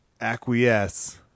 acquiesce